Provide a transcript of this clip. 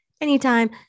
anytime